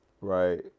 right